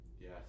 Yes